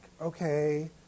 okay